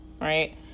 right